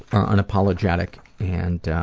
aren't apologetic and